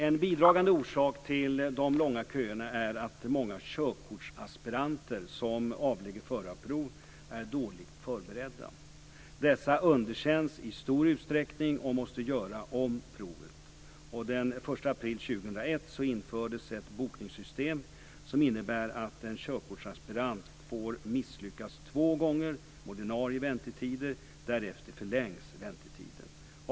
En bidragande orsak till de långa köerna är att många körkortsaspiranter som avlägger förarprov är dåligt förberedda. De underkänns i stor utsträckning och måste göra om provet. Den 1 april 2001 infördes ett bokningssystem som innebär att en körkortsaspirant får misslyckas två gånger med ordinarie väntetid - därefter förlängs väntetiden.